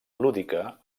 lúdica